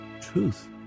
Truth